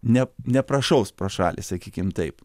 ne neprašaus pro šalį sakykim taip